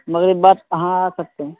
مغرب بعد ہاں آ سکتے ہیں